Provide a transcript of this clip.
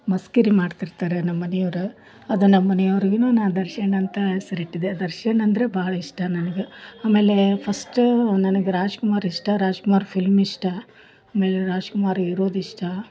ಮಸ್ಕಿರಿ ಮಾಡ್ತಿರ್ತಾರೆ ನಮ್ಮ ಮನೆವ್ರು ಅದು ನಮ್ಮ ಮನೆಯವ್ರಿಗೂ ನಾ ದರ್ಶನ್ ಅಂತ ಹೆಸರಿಟ್ಟಿದೆ ದರ್ಶನ್ ಅಂದ್ರೆ ಭಾಳ ಇಷ್ಟ ನನ್ಗೆ ಆಮೇಲೆ ಫಸ್ಟ್ ನನಗೆ ರಾಜ್ಕುಮಾರ್ ಇಷ್ಟ ರಾಜ್ಕುಮಾರ್ ಫಿಲ್ಮ್ ಇಷ್ಟ ಆಮೇಲೆ ರಾಜ್ಕುಮಾರ್ ಇರೋದು ಇಷ್ಟ